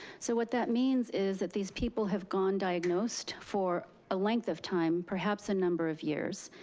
so what that means is that these people have gone diagnosed for a length of time, perhaps a number of years.